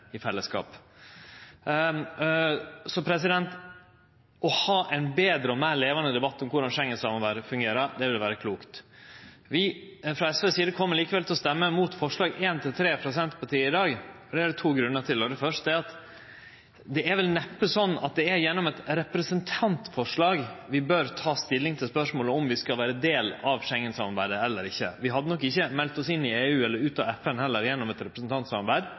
i fellesskap. Å ha ein betre og meir levande debatt om korleis Schengen-samarbeidet fungerer, ville vere klokt. Sosialistisk Venstreparti kjem likevel til å stemme imot forslaga nr. 1–3, frå Senterpartiet, i dag, og det er det to grunnar til. Det første er at det er vel neppe gjennom eit representantforslag vi bør ta stilling til spørsmålet om vi skal vere del av Schengen-samarbeidet eller ikkje. Vi hadde nok heller ikkje meldt oss inn i EU eller ut av FN gjennom eit